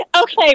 okay